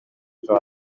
ejo